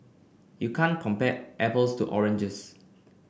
you can't compare apples to oranges